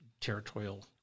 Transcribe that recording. territorial